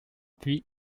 puis